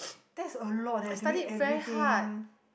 that's a lot eh to read everything